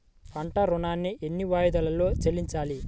పంట ఋణాన్ని ఎన్ని వాయిదాలలో చెల్లించాలి?